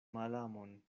malamon